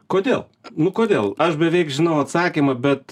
kodėl nu kodėl aš beveik žinau atsakymą bet